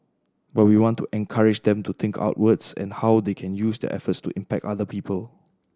but we want to encourage them to think outwards and how they can use their efforts to impact other people